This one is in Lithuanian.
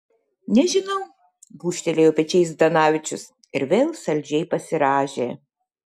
nežinau gūžtelėjo pečiais zdanavičius ir vėl saldžiai pasirąžė